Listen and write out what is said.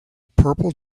purple